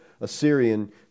Assyrian